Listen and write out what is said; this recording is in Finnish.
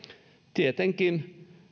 tietenkin